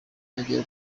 agira